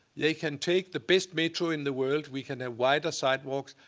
they can take the best metro in the world. we can have wider sidewalks,